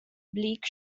bleak